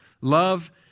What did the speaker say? love